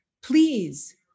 Please